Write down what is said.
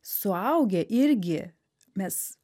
suaugę irgi mes